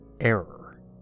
Error